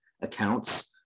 accounts